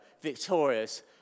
victorious